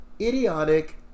idiotic